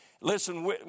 Listen